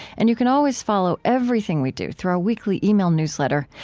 and you can always follow everything we do through our weekly email newsletter.